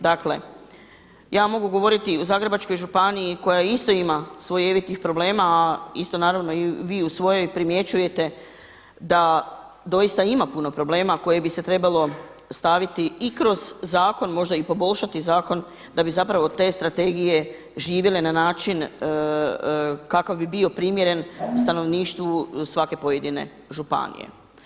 Dakle, ja mogu govoriti o Zagrebačkoj županiji koja isto ima slojevitih problema a isto naravno i vi u svojoj primjećujete da doista ima puno problema koje bi se trebalo staviti i kroz zakon, možda i poboljšati zakon da bi zapravo te strategije živjele na način kakav bi bio primjeren stanovništvu svake pojedine županije.